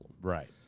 Right